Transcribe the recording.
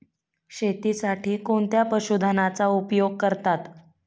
शेतीसाठी कोणत्या पशुधनाचा उपयोग करतात?